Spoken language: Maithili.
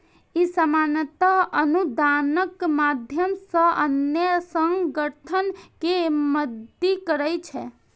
ई सामान्यतः अनुदानक माध्यम सं अन्य संगठन कें मदति करै छै